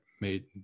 made